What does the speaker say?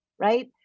right